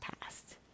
past